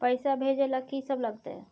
पैसा भेजै ल की सब लगतै?